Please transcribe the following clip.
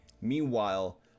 Meanwhile